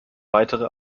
weitere